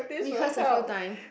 rehearse a few times